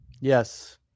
Yes